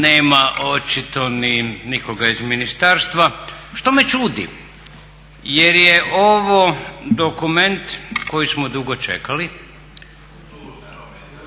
nema očito ni nikoga iz ministarstva što me čudi jer je ovo dokument koji smo dugo čekali,